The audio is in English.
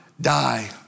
die